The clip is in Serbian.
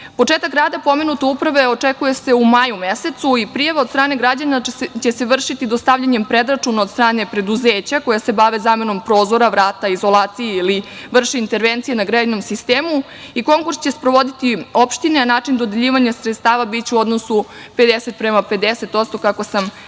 50%.Početak rada pomenute uprave očekuje se u maju mesecu i prijava od strane građana će se vršiti dostavljanjem predračuna od strane preduzeća koja se bave zamenom prozora, vrata, izolacije ili vrši intervencije na grejnom sistemu i konkurs će sprovoditi opštine, a način dodeljivanja sredstava biće u odnosu 50 prema 50, kao što sam